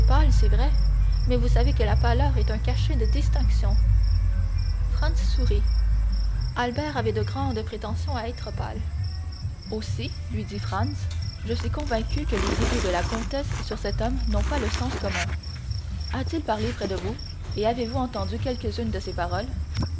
c'est vrai mais vous savez que la pâleur est un cachet de distinction franz sourit albert avait de grandes prétentions à être pâle aussi lui dit franz je suis convaincu que les idées de la comtesse sur cet homme n'ont pas le sens commun a-t-il parlé près de vous et avez-vous entendu quelques-unes de ses paroles